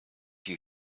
you